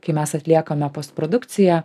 kai mes atliekame postprodukciją